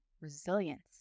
resilience